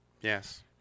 Yes